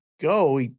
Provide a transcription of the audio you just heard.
go